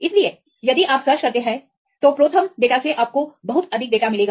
इसलिए यदि आप सर्च करते हैं तो प्रोथर्मडेटा से आपको बहुत अधिक डेटा मिलेगा